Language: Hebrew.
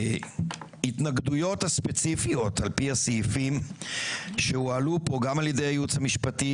ההתנגדויות הספציפיות על-פי הסעיפים שהועלו פה גם על-ידי הייעוץ המשפטי,